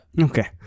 Okay